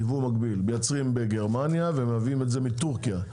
היא שייבוא מקביל מייצרים בגרמניה ומביאים את זה מטורקיה.